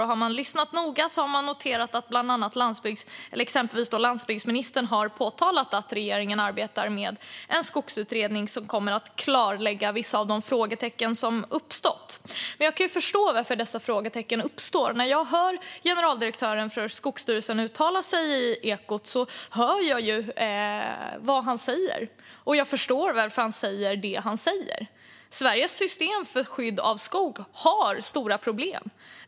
Om man har lyssnat noga har man noterat att exempelvis landsbygdsministern har talat om att regeringen arbetar med en skogsutredning som kommer att klarlägga vissa av de frågetecken som har uppstått. Jag kan dock förstå varför dessa frågetecken uppstår. När jag hör generaldirektören för Skogsstyrelsen uttala sig i Ekot hör jag vad han säger, och jag förstår varför han säger som han gör. Sveriges system för skydd av skog har stora problem.